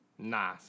Nah